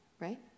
right